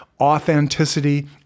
authenticity